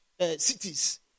cities